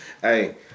Hey